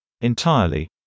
entirely